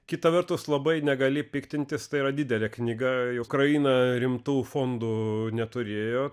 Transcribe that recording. kita vertus labai negali piktintis tai yra didelė knyga ukraina rimtų fondų neturėjo